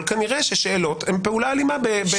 אבל כנראה ששאלות הן פעולה אלימה בעולם יש עתיד.